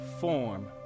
form